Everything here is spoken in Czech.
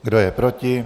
Kdo je proti?